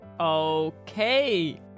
Okay